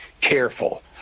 careful